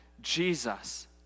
Jesus